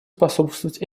способствовать